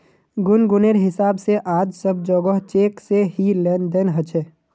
गुनगुनेर हिसाब से आज सब जोगोह चेक से ही लेन देन ह छे